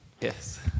Yes